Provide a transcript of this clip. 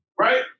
right